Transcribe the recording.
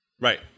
Right